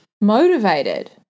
Motivated